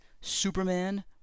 Superman